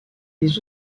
des